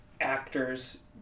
actors